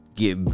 get